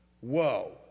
Whoa